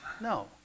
No